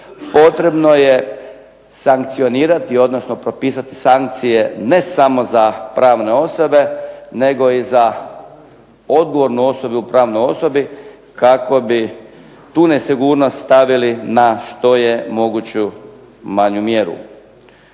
potrebno je sankcionirati odnosno propisati sankcije ne samo za pravne osobe nego i za odgovornu osobu u pravnoj osobi kako bi tu nesigurnost stavili na što je moguće manju mjeru.